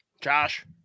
Josh